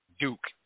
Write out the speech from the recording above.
Duke